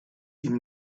ihm